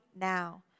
now